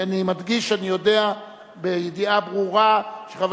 כי אני מדגיש שאני יודע בידיעה ברורה שחבר